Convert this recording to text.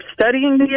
studying